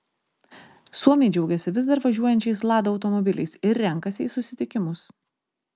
suomiai džiaugiasi vis dar važiuojančiais lada automobiliais ir renkasi į susitikimus